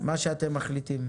מה שאתם מחליטים.